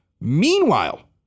Meanwhile